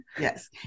Yes